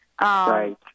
Right